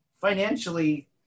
financially –